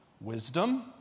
wisdom